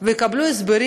ויקבלו הסברים: